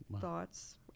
thoughts